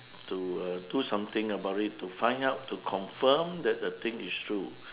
to uh do something about it to find out to confirm that the thing is true